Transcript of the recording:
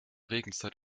regenzeit